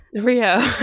Rio